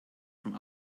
from